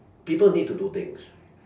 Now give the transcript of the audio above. people need to do things